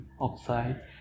oxide